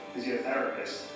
physiotherapist